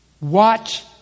Watch